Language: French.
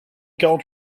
quarante